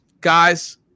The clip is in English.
guys